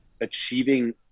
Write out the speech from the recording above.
achieving